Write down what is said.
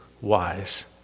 wise